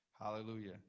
hallelujah